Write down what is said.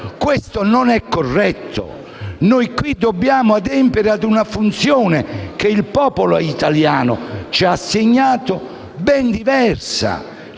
non è corretto. Noi qui dobbiamo adempiere ad una funzione che il popolo italiano ci ha assegnato, ben diversa